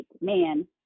man